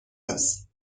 است